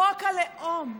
חוק הלאום.